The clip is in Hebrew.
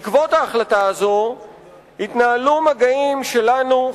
בעקבות ההחלטה הזאת התנהלו מגעים שלנו,